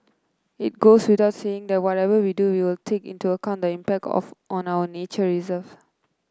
it goes without saying that whatever we do we will take into account the impact on our nature reserves